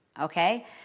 okay